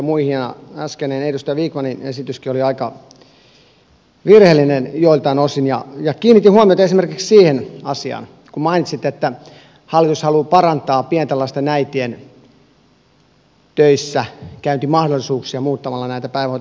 äskeinen edustaja vikmanin esityskin oli aika virheellinen joiltain osin ja kiinnitin huomiota esimerkiksi siihen asiaan kun mainitsit että hallitus haluaa parantaa pienten lasten äitien töissäkäyntimahdollisuuksia muuttamalla näitä päivähoitosäädöksiä